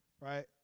right